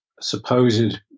supposed